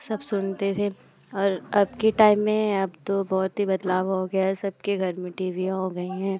सब सुनते थे और अबके टाइम में अब तो बहुत ही बदलाव हो गया है सबके घर में टीवियाँ हो गई हैं